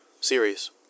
series